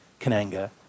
Kananga